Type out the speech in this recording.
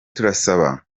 turasa